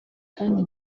kandi